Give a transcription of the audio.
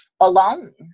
alone